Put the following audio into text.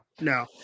no